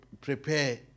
prepare